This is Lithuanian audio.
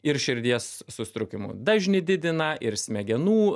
ir širdies susitraukimų dažnį didina ir smegenų